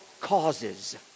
causes